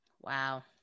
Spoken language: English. Wow